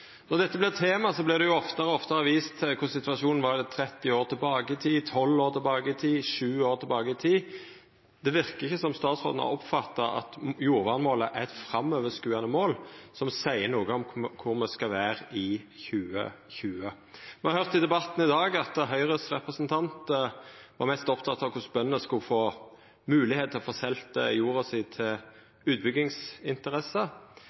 Når dette er tema, vert det oftare og oftare vist til korleis situasjonen var tretti år tilbake i tid, tolv år tilbake i tid eller sju år tilbake i tid; det verkar ikkje som om statsråden har oppfatta at jordvernmålet er eit framoverskuande mål, som seier noko om kor me skal vera i 2020. Me har høyrt i debatten i dag at Høgres representant var mest oppteken av korleis bøndene skulle få moglegheit til å få selt jorda si